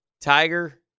Tiger